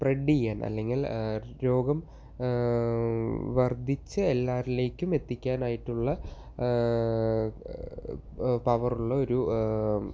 spread ചെയ്യാൻ അല്ലെങ്കിൽ രോഗം വർദ്ധിച്ച എല്ലാവരിലേക്കും എത്തിക്കാൻ ആയിട്ടുള്ള പവർ ഉള്ള പവർ ഉള്ള ഒരു